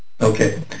Okay